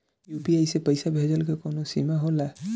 UPI से पईसा भेजल के कौनो सीमा होला?